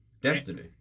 Destiny